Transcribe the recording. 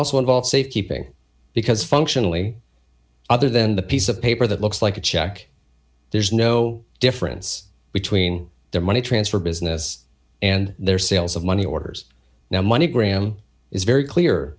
also involve safekeeping because functionally other than the piece of paper that looks like a check there's no difference between their money transfer business and their sales of money orders now money gram is very clear